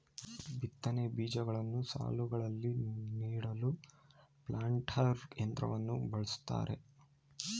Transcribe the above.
ಬಿತ್ತನೆ ಬೀಜಗಳನ್ನು ಸಾಲುಗಳಲ್ಲಿ ನೀಡಲು ಪ್ಲಾಂಟರ್ ಯಂತ್ರವನ್ನು ಬಳ್ಸತ್ತರೆ